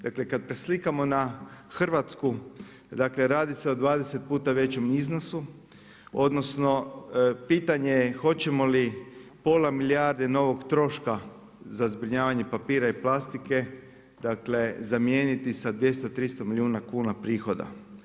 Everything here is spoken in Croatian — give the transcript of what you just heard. Dakle, kad preslikamo na Hrvatsku, dakle radi se o 20 puta većem iznosu odnosno pitanje je hoćemo li pola milijarde novog troška za zbrinjavanje papira i plastike, dakle zamijeniti sa 200, 300 milijuna kuna prihoda.